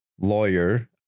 lawyer